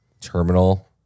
terminal